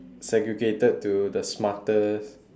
segregated to the smartest